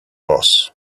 boss